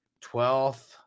twelfth